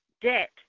debt